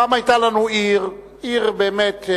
פעם היתה לנו עיר, עיר, באמת,